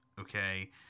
okay